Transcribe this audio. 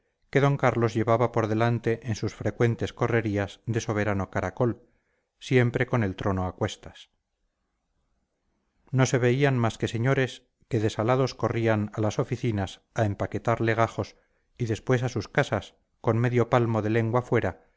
que d carlos llevaba por delante en sus frecuentes correrías de soberano caracol siempre con el trono a cuestas no se veían más que señores que desalados corrían a las oficinas a empaquetar legajos y después a sus casas con medio palmo de lengua fuera